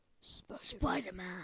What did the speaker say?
Spider-Man